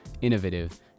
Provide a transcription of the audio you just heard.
innovative